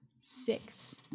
six